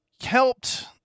helped